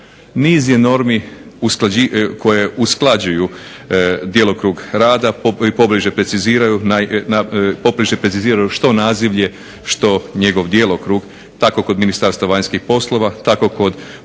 Niz je normi koje usklađuju djelokrug rada i pobliže preciziraju što nazivlje što njegov djelokrug. Tako kod Ministarstva vanjskih poslova, tako kod